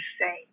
say